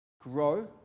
grow